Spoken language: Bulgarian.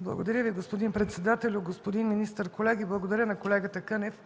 Благодаря Ви, господин председателю. Господин министър, колеги! Благодаря на колегата Кънев,